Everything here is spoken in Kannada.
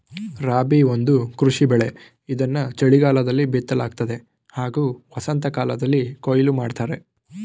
ರಾಬಿ ಒಂದು ಕೃಷಿ ಬೆಳೆ ಇದನ್ನು ಚಳಿಗಾಲದಲ್ಲಿ ಬಿತ್ತಲಾಗ್ತದೆ ಹಾಗೂ ವಸಂತಕಾಲ್ದಲ್ಲಿ ಕೊಯ್ಲು ಮಾಡ್ತರೆ